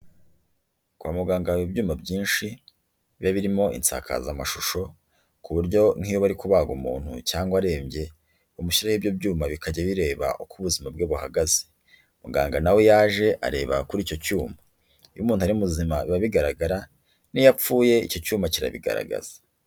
Kwa muganga haba ibyuma byinshi, biba birimo insakazamashusho, ku buryo nk'iyo bari kubaga umuntu cyangwa arembye, bamushyiraho ibyo byuma bikajya bireba uko ubuzima bwe buhagaze. Muganga na we iyo aje areba kuri icyo cyuma, iyo umuntu ari muzima biba bigaragara, n'iyo apfuye icyo cyuma kirabigaragaza.